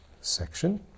section